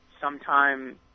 sometime